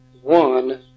One